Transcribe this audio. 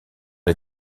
les